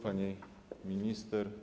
Pani Minister!